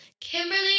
Kimberly